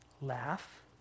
laugh